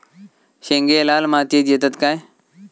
शेंगे लाल मातीयेत येतत काय?